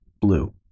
blue